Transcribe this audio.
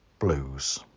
blues